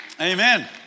Amen